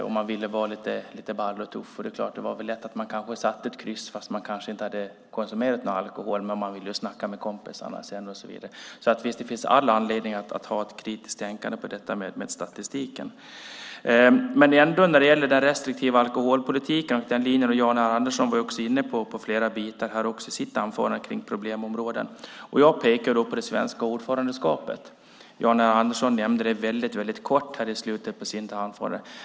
Om man ville vara lite ball och tuff var det lätt att man satte ett kryss fast man kanske inte hade konsumerat någon alkohol, men man ville snacka med kompisarna sedan och så vidare. Det finns all anledning att ha ett kritiskt tänkande när det gäller statistiken. Jan R Andersson var också inne på flera problemområden i den restriktiva alkoholpolitiken i sitt anförande. Jag pekade på det svenska ordförandeskapet. Jan R Andersson nämnde det väldigt kort i slutet på sitt anförande.